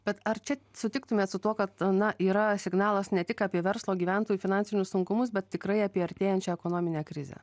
bet ar čia sutiktumėt su tuo kad na yra signalas ne tik apie verslo gyventojų finansinius sunkumus bet tikrai apie artėjančią ekonominę krizę